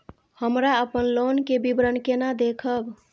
हमरा अपन लोन के विवरण केना देखब?